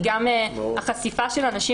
היא גם החשיפה של הנשים,